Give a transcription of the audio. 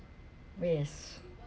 mm mm yes